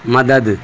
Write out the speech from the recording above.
مدد